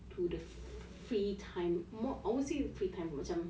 to the free time I won't say free time macam